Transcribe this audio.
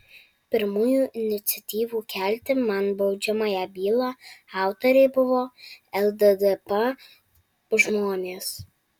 pirmųjų iniciatyvų kelti man baudžiamąją bylą autoriai buvo lddp žmonės